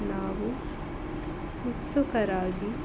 ನಾವು ಉತ್ಸುಕರಾಗಿ